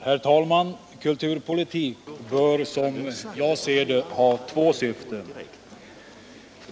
Herr talman! Kulturpolitik bör, som jag ser det, ha två syften.